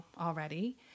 already